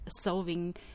solving